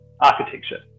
architecture